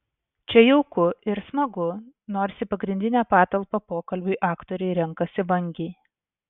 čia jauku ir smagu nors į pagrindinę patalpą pokalbiui aktoriai renkasi vangiai